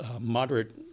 moderate